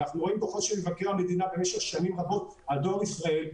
ואנחנו רואים דוחות של מבקר המדינה במשך שנים רבות על דואר ישראל,